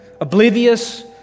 Oblivious